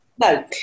No